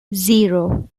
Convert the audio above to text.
zero